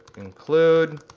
include,